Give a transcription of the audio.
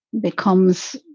becomes